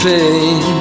pain